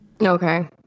Okay